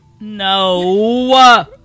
No